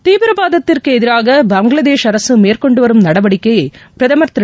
தீவிரவாதத்திற்கு எதிராக பங்களாதேஷ் அரசு மேற்கொண்டு வரும் நடவடிக்கையை பிரதமர் திரு